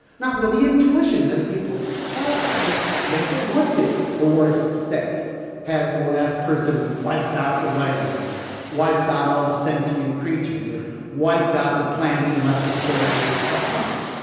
now the the intuition that people have here is, yes it would be a worse state had the last person wiped out the whales, or wiped out all the sentient and creatures, or wiped out the plants and left a scorched earth behind.